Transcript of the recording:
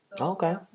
Okay